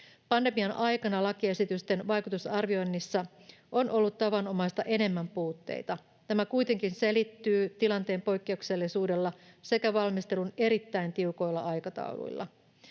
Pandemian aikana lakiesitysten vaikutusarvioinneissa on ollut tavanomaista enemmän puutteita. Tämä kuitenkin selittyy tilanteen poikkeuksellisuudella sekä valmistelun erittäin tiukoilla aikatauluilla.